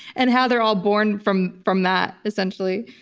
and how they're all born from from that, essentially.